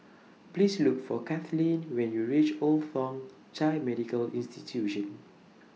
Please Look For Kathleen when YOU REACH Old Thong Chai Medical Institution